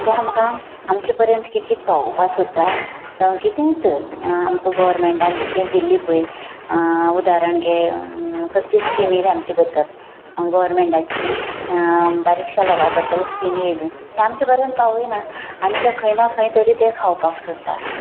जें आमकां आमचे पर्यंत कितें कितें पावोपाक सोदतात जावं कितेंच आमकां गॉरमँटान कितें दिल्लें पळय उदारण घे कसली स्किमी आयल्या आमच्या बद्दल गॉवरमँटाची बारिकशा लोकां बद्दल स्कीमी आयली तें आमच्या पर्यंत पावयनात आनी तें खंय ना खंय तरी ते खावपाक सोदतात